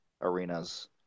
arenas